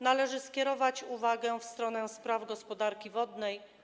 Należy skierować uwagę w stronę gospodarki wodnej.